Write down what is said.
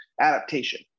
adaptation